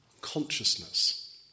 consciousness